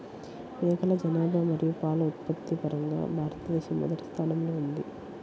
మేకల జనాభా మరియు పాల ఉత్పత్తి పరంగా భారతదేశం మొదటి స్థానంలో ఉంది